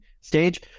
stage